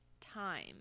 time